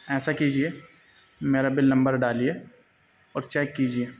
ایسا کیجیے میرا بل نمبر ڈالیے اور چیک کیجیے